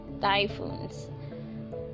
typhoons